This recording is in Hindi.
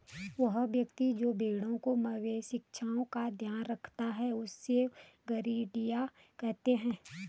वह व्यक्ति जो भेड़ों मवेशिओं का ध्यान रखता है उससे गरेड़िया कहते हैं